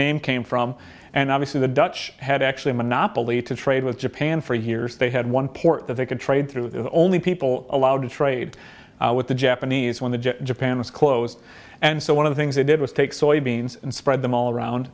name came from and obviously the dutch had actually a monopoly to trade with japan for years they had one port that they could trade through the only people allowed to trade with the japanese when the japan was closed and so one of the things they did was take soybeans and spread them all around